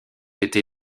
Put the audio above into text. été